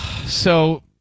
So-